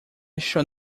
shall